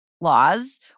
laws